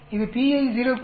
இது p I 0